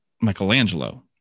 michelangelo